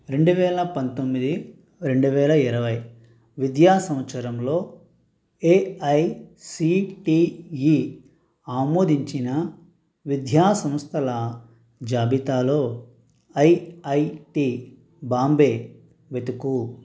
రెండు వేల పంతొమ్మిది రెండు వేల ఇరవై విద్యా సంవత్సరంలో ఏఐసీటీఈ ఆమోదించిన విద్యా సంస్థల జాబితాలో ఐఐటీ బాంబే వెతుకుము